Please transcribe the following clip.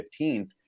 15th